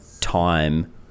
time